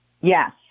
Yes